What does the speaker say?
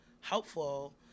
helpful